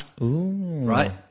right